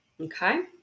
Okay